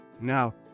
now